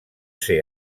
ser